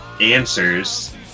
answers